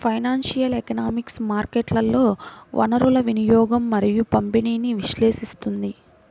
financial economics మార్కెట్లలో వనరుల వినియోగం మరియు పంపిణీని విశ్లేషిస్తుంది